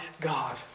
God